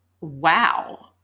wow